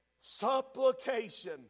supplication